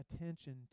attention